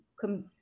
come